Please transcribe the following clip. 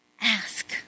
ask